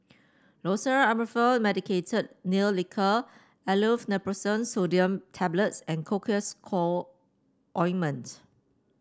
Loceryl Amorolfine Medicated Nail Lacquer Aleve Naproxen Sodium Tablets and Cocois Co Ointment